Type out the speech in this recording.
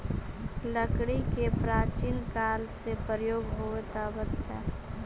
लकड़ी के प्राचीन काल से प्रयोग होवित आवित हइ